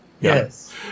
Yes